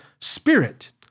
spirit